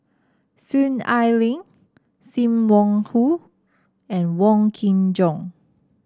Soon Ai Ling Sim Wong Hoo and Wong Kin Jong